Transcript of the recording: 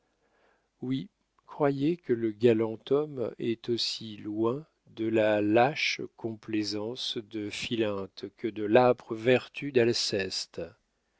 oui croyez que le galant homme est aussi loin de la lâche complaisance de philinte que de l'âpre vertu d'alceste